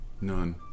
None